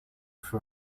for